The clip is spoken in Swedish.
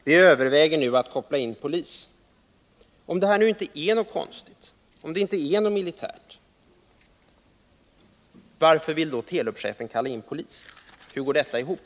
Vi överväger nu att koppla in polis.” Om det inte är något konstigt med denna affär, om systemet inte skall användas militärt, varför vill då Telubchefen kalla in polis? Hur går detta ihop?